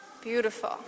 Beautiful